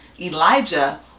Elijah